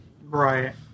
Right